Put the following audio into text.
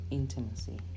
intimacy